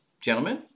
Gentlemen